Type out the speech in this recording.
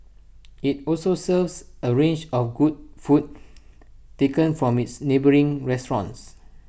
IT also serves A range of good food taken from its neighbouring restaurants